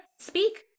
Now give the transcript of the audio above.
Speak